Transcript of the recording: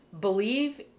believe